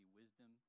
wisdom